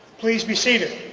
please be seated.